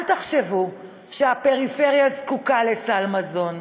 אל תחשבו שהפריפריה זקוקה לסל מזון.